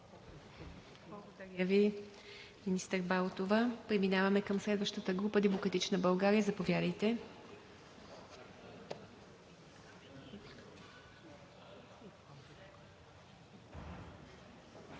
Благодаря Ви, министър Балтова. Преминаваме към следващата група. От „Демократична България“? Заповядайте.